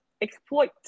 exploit